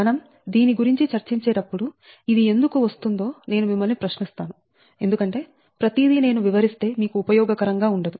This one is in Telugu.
మనం దీని గురించి చర్చించేటప్పుడు ఇది ఎందుకు వస్తుందో నేను మిమ్మల్ని ప్రశ్నిస్తాను ఎందుకంటే ప్రతిదీ నేను వివరిస్తే మీకు ఉపయోగకరంగా ఉండదు